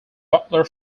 butler